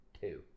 two